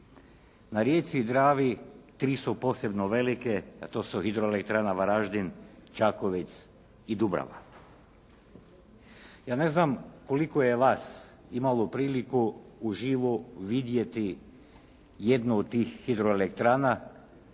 Na rijeci Dravi tri su posebno velike, a to su hidroelektrana Varaždin, Čakovec i Dubrava. Ja ne znam koliko je vas imalo priliku u živo vidjeti jednu od tih hidroelektrana,